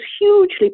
hugely